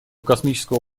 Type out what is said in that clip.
космического